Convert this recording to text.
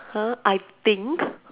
!huh! I think